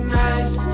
nice